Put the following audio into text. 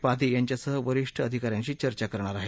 पाधी यांच्यासह विर वरिष्ठ अधिका यांशी चर्चा करणार आहे